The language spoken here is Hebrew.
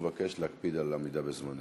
אני שוב מבקש להקפיד על עמידה בזמנים.